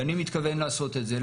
ואני מתכוון לעשות את זה.